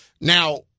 Now